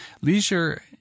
Leisure